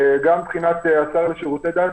גם מבחינת השר לשירותי דת,